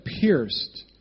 pierced